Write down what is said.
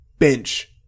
bench